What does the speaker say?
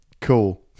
Cool